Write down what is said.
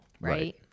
Right